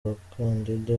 abakandida